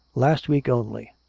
last week only.